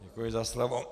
Děkuji za slovo.